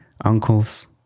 uncles